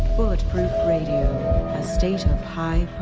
but radio, a state of high